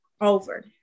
over